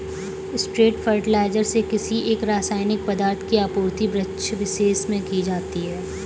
straight fertiliser से किसी एक रसायनिक पदार्थ की आपूर्ति वृक्षविशेष में की जाती है